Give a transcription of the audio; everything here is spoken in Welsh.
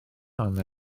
arna